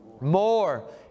More